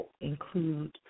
include